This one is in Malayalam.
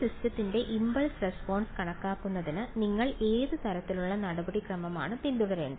ഒരു സിസ്റ്റത്തിന്റെ ഇംപൾസ് റെസ്പോൺസ് കണക്കാക്കുന്നതിന് നിങ്ങൾ ഏത് തരത്തിലുള്ള നടപടിക്രമമാണ് പിന്തുടരുക